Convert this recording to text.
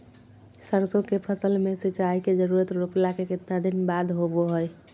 सरसों के फसल में सिंचाई के जरूरत रोपला के कितना दिन बाद होबो हय?